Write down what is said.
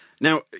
Now